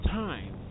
time